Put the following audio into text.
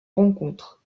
rencontres